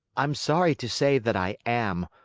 i'm sorry to say that i am.